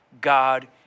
God